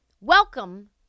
welcome